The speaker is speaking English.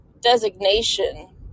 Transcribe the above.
designation